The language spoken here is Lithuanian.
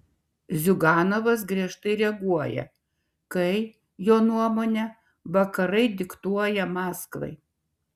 ziuganovas griežtai reaguoja kai jo nuomone vakarai diktuoja maskvai